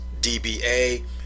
DBA